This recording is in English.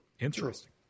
Interesting